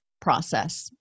process